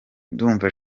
ndumva